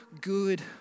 good